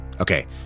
Okay